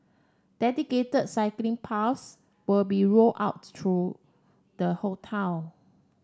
dedicated cycling paths will be roll out through the whole town